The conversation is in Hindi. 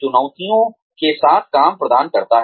चुनौतियों के साथ काम प्रदान करता है